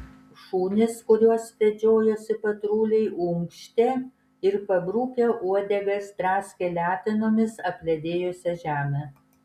šunys kuriuos vedžiojosi patruliai unkštė ir pabrukę uodegas draskė letenomis apledėjusią žemę